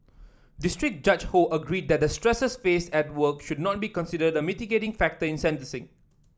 district Judge Ho agreed that the stresses faced at work should not be considered mitigating factor in sentencing